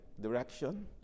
direction